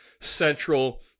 central